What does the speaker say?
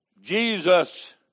Jesus